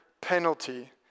penalty